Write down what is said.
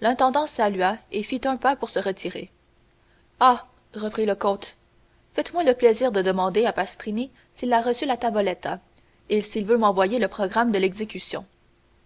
l'intendant salua et fit un pas pour se retirer ah reprit le comte faites-moi le plaisir de demander à pastrini s'il a reçu la tavoletta et s'il veut m'envoyer le programme de l'exécution